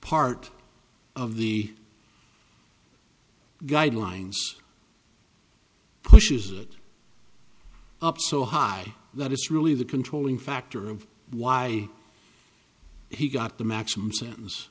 part of the guidelines pushes it up so high that it's really the controlling factor of why he got the maximum sentence